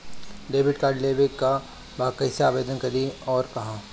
Debit card लेवे के बा कइसे आवेदन करी अउर कहाँ?